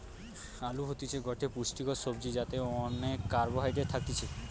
আলু হতিছে গটে পুষ্টিকর সবজি যাতে অনেক কার্বহাইড্রেট থাকতিছে